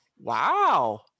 Wow